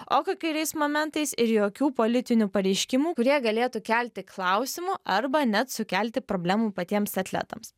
o kai kuriais momentais ir jokių politinių pareiškimų kurie galėtų kelti klausimų arba net sukelti problemų patiems atletams